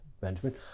Benjamin